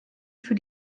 für